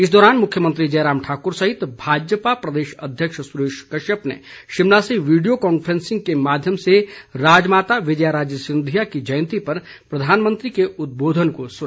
इस दौरान मुख्यमंत्री जयराम ठाकुर सहित भाजपा प्रदेश अध्यक्ष सुरेश कश्यप ने शिमला से वीडियो कांफ्रेंसिंग के माध्यम से राजमाता विजया राजे सिंधिया की जयंती पर प्रधानमंत्री के उदबोधन को सुना